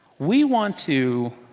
we want to